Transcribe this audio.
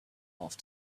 off